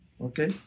okay